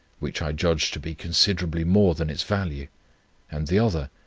which i judged to be considerably more than its value and the other,